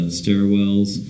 stairwells